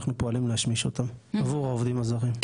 אנחנו פועלים להשמיש אותם עבור העובדים הזרים.